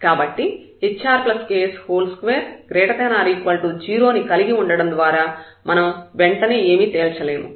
కాబట్టి hrks2 ≥ 0 ని కలిగి ఉండడం ద్వారా మనం వెంటనే ఏమీ తేల్చలేము